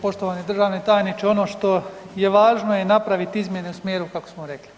Poštovani državni tajniče ono što je važno je napraviti izmjene u smjeru kako smo rekli.